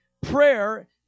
prayer